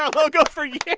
our logo for you know